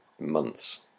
months